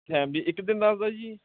family ਇੱਕ ਦਿਨ ਦਾ ਜੀ